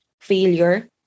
failure